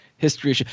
History